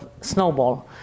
snowball